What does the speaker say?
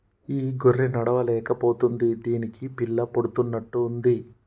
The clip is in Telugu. ఈ గొర్రె నడవలేక పోతుంది దీనికి పిల్ల పుడుతున్నట్టు ఉంది